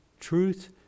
truth